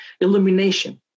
illumination